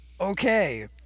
Okay